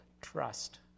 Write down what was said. trust